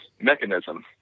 mechanism